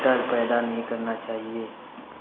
डर पैदा नहीं करना चाहिए